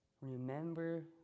remember